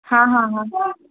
હા હા હા